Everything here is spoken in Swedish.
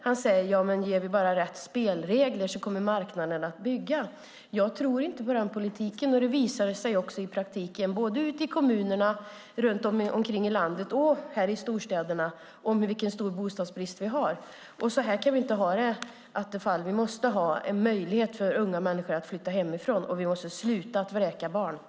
Han säger: Ger vi bara rätt spelregler kommer marknaden att bygga. Jag tror inte på den politiken. Både ute i kommunerna runt om i landet och i storstäderna visar det sig i praktiken att vi har en stor bostadsbrist. Så här kan vi inte ha det, Attefall! Det måste finnas en möjlighet för unga människor att flytta hemifrån, och vi måste få ett slut på att barn vräks.